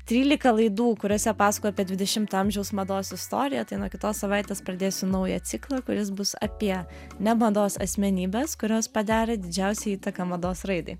trylika laidų kuriose pasakojau apie dvidešimto amžiaus mados istoriją tai nuo kitos savaitės pradėsiu naują ciklą kuris bus apie ne mados asmenybes kurios padarė didžiausią įtaką mados raidai